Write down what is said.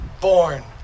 born